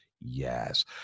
yes